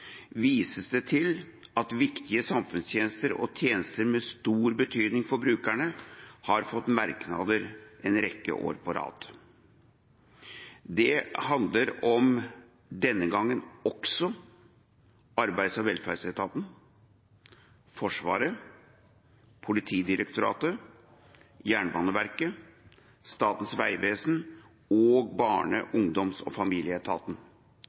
vises det til at viktige samfunnstjenester og tjenester med stor betydning for brukerne har fått merknader en rekke år på rad. Det handler om, denne gangen også, Arbeids- og velferdsetaten, Forsvaret, Politidirektoratet, Jernbaneverket, Statens vegvesen og Barne-, ungdoms- og familieetaten.